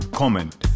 comment